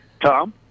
Tom